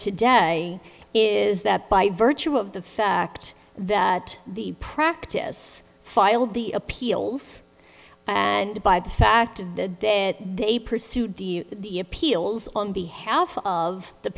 today is that by virtue of the fact that the practice filed the appeals and by the fact that they pursued the appeals on behalf of the